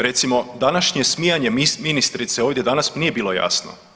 Recimo današnje smijanje ministrice ovdje danas nije bilo jasno.